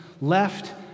left